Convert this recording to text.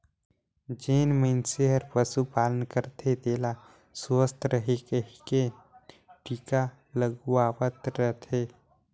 जेन मइनसे हर पसु पालन करथे तेला सुवस्थ रहें कहिके टिका लगवावत रथे